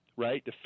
Right